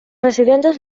residentes